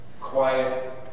quiet